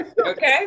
Okay